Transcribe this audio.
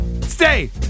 stay